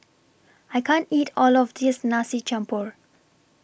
I can't eat All of This Nasi Campur